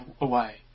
away